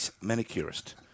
manicurist